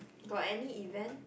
got any event